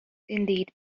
indeed